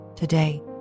today